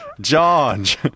George